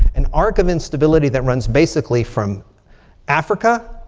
an arc of instability that runs basically from africa.